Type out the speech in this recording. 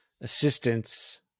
assistance